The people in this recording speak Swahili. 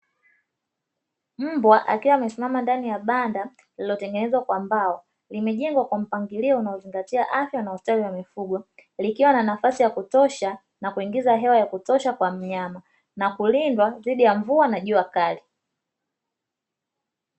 Mbwa akiwa amesimama ndani ya banda, lililotengenezwa kwa mbao ambalo limejengwa kwa mpangilio unaozingatia afya na ustawi wa mifugo, likiwa na nafasi ya kutosha na kuingiza hewa ya kutosha kwa mnyama na kulindwa dhidi ya mvua na jua kali.